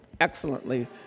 excellently